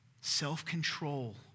self-control